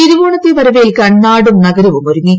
തിരുവോണത്തെ വരവേൽക്കാൻ നാടും നഗരവും ഒരുങ്ങി